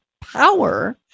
power